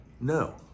No